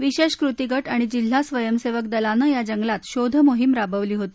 विशेष कृती गट आणि जिल्हा स्वयंसेवक दलानं या जंगलात शोधमोहीम राबवली होती